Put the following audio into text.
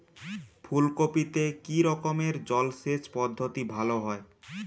ফুলকপিতে কি রকমের জলসেচ পদ্ধতি ভালো হয়?